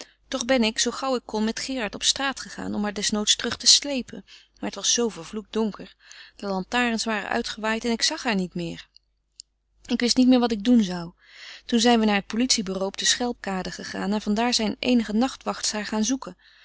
toch ben ik zoo gauw ik kon met gerard op straat gegaan om haar desnoods terug te sleepen maar het was zoo vervloekt donker de lantaarns waren uitgewaaid en ik zag haar niet meer ik wist niet meer wat ik doen zou toen zijn we naar het politiebureau op de schelpkade gegaan en vandaar zijn eenige nachtwachts haar gaan zoeken